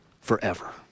forever